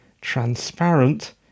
transparent